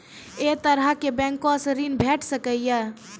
ऐ तरहक बैंकोसऽ ॠण भेट सकै ये?